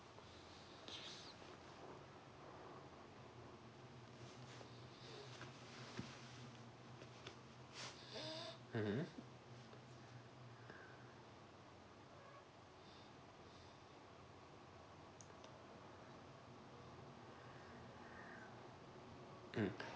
mmhmm mm